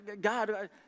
God